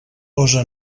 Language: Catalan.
posa